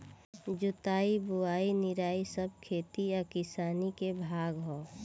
जोताई बोआई निराई सब खेती आ किसानी के भाग हा